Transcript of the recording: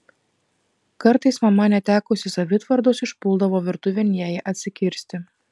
kartais mama netekusi savitvardos išpuldavo virtuvėn jai atsikirsti